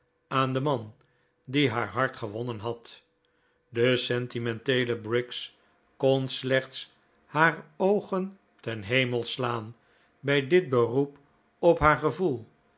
aan den man die haar hart gewonnen had de sentimenteele briggs kon slechts haar oogen ten hemel slaan bij dit beroep op haar gevoel